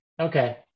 Okay